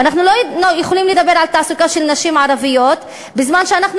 ואנחנו לא יכולים לדבר על תעסוקה של נשים ערביות בזמן שאנחנו